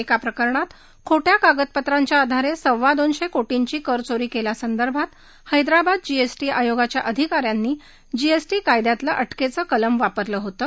एका प्रकरणात खोर्जा कागदपत्रांच्या आधारे सव्वा दोनशे कोश्वी कर चोरी केल्यासंदर्भात हैद्राबाद जीएसी आयोगाच्या अधिका यांनी जीएसी कायद्यातलं अ केचं कलम वापरलं होतं